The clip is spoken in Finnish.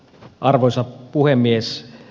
arvoisa puhemies